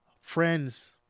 Friends